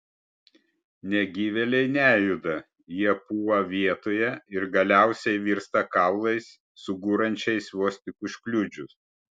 negyvėliai nejuda jie pūva vietoje ir galiausiai virsta kaulais sugūrančiais vos tik užkliudžius